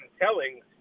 telling